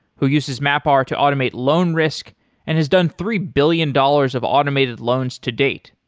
who uses mapr to automate loan risk and has done three billion dollars of automated loans to date.